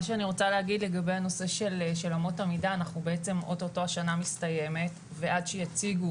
אני רוצה להגיד לגבי נושא אמות המידה שאוטוטו השנה מסתיימת ועד שיציגו